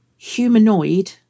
humanoid